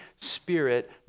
Spirit